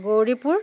Gauripur